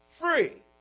free